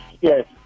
Yes